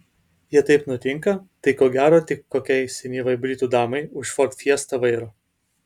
jei taip nutinka tai ko gero tik kokiai senyvai britų damai už ford fiesta vairo